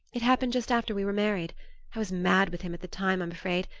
it happened just after we were married i was mad with him at the time, i'm afraid,